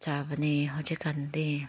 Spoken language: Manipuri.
ꯆꯥꯕꯅꯦ ꯍꯧꯖꯤꯛꯀꯥꯟꯗꯤ